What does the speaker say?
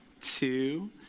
two